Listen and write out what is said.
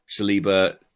Saliba